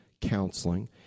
counseling